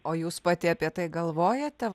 o jūs pati apie tai galvojate